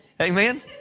Amen